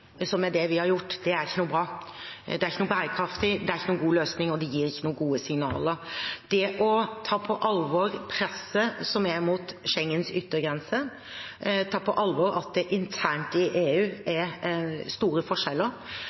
som er det vi har gjort, ikke er noe bra. Det er ikke bærekraftig. Det er ingen god løsning. Det gir ikke gode signaler. Det å ta på alvor presset som er mot Schengens yttergrense, ta på alvor